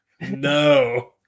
no